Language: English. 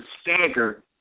stagger